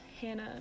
Hannah